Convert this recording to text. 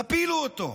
תפילו אותו.